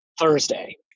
Thursday